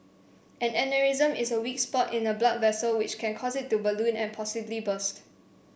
an aneurysm is a weak spot in a blood vessel which can cause it to balloon and possibly burst